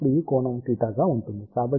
కాబట్టి ఇప్పుడు ఈ కోణం θ గా ఉంది